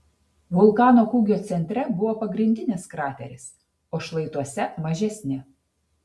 vulkano kūgio centre buvo pagrindinis krateris o šlaituose mažesni